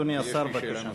אדוני השר, בבקשה.